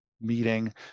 meeting